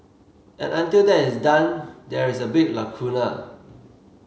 and until that is done there is a big lacuna